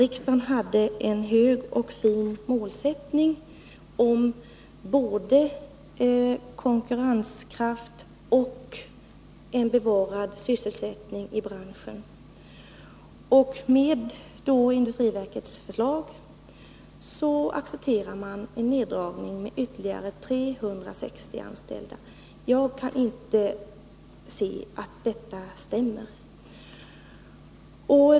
Riksdagen hade en hög och fin målsättning — både konkurrenskraft och en bevarad sysselsättning i branschen. Med industriverkets förslag accepterar man en neddragning med ytterligare 360 anställda. Jag kan inte se att detta stämmer.